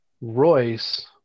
royce